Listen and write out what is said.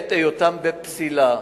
בעת היותם בפסילה.